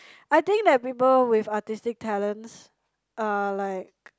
I think that people with artistic talents are like